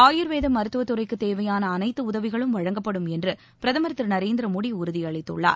ஆயுர்வேத மருத்துவத்துறைக்கு தேவையான அனைத்து உதவிகளும் வழங்கப்படும் என்று பிரதமர் திரு நரேந்திர மோடி உறுதியளித்துள்ளார்